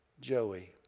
Joey